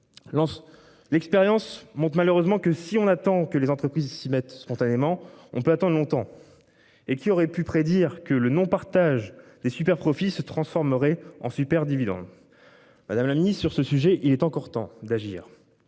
l'expérience montre malheureusement que si on attend que les entreprises s'y mettent spontanément on peut attendre longtemps. Et qui aurait pu prédire que le non partage des superprofits se transformerait en super dividende. Madame la ni sur ce sujet, il est encore temps d'agir.